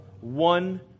one